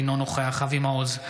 אינו נוכח אבי מעוז,